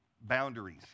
boundaries